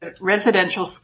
residential